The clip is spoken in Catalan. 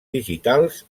digitals